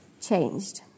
changed